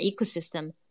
ecosystem